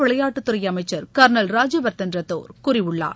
விளையாட்டுத்துறை அமைச்சர் கர்னல் ராஜ்யவர்தன் ரத்தோர் கூறியுள்ளார்